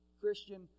Christian